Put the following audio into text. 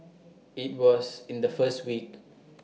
IT was in the first week